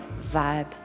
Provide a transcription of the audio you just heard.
vibe